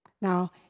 Now